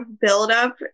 buildup